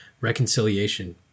reconciliation